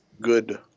good